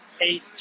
eight